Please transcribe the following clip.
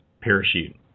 parachute